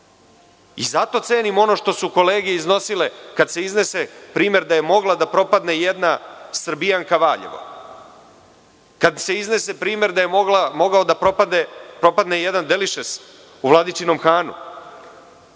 Zato cenim ono što su kolege iznosile. Kada se iznese primer da je mogla da propadne jedna „Srbijanka“ Valjevo, kada se iznese primer da je mogao da propadne jedan „Delišes“ u Vladičinom Hanu.